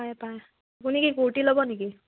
পাৰে পায় আপুনি কি কুৰ্তি ল'ব নেকি